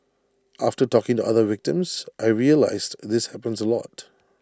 after talking to other victims I realised this happens A lot